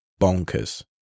bonkers